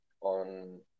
on